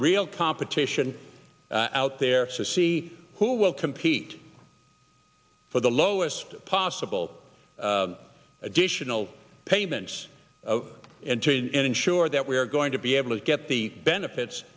real competition out there to see who will compete for the lowest possible additional payments and to ensure that we are going to be able to get the benefits